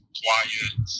quiet